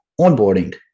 onboarding